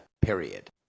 period